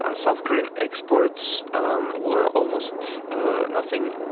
ah south korean exports um were almost nothing,